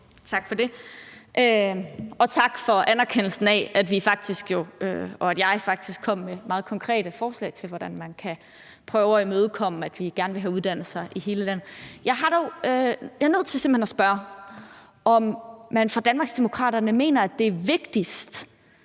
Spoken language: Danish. Tak for det, og tak for anerkendelsen af, at vi og jeg jo faktisk kom med meget konkrete forslag til, hvordan man kan prøve at imødekomme, at vi gerne vil have uddannelser i hele landet. Jeg er dog simpelt hen nødt til at spørge, om man fra Danmarksdemokraternes side mener, at det er vigtigere,